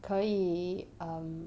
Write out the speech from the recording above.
可以 um